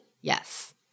Yes